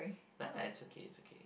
no lah it's okay it's okay